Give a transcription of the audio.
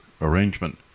Arrangement